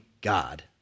God